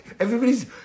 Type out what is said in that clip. Everybody's